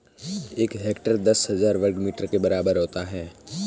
एक हेक्टेयर दस हज़ार वर्ग मीटर के बराबर होता है